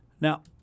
Now